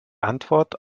antwort